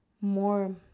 more